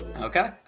Okay